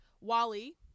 Wally